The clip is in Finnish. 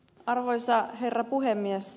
arvoisa herra puhemies